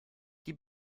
die